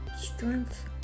strength